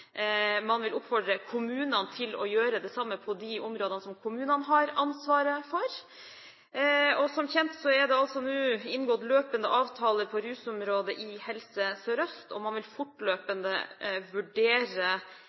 Man vil oppfordre kommunene til å gjøre det samme på de områdene som kommunene har ansvaret for. Som kjent er det nå inngått løpende avtaler på rusområdet i Helse Sør-Øst, og man vil fortløpende vurdere